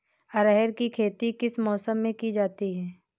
अरहर की खेती किस मौसम में की जाती है?